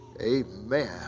Amen